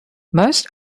most